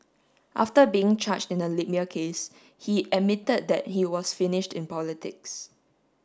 after being charged in the Libya case he admitted that he was finished in politics